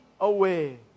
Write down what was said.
away